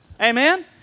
Amen